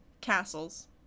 castles